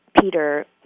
Peter